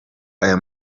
aya